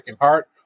heart